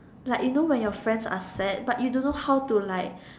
like you know when your friends are sad but you don't know how to like